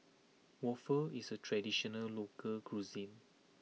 waffle is a traditional local cuisine